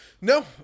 No